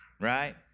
Right